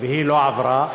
והיא לא עברה,